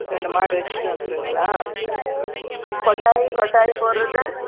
ரெண்டு மாடு வச்சுன்னு இருக்கிறீங்களா கொட்டாய் கொட்டாய் போடுறது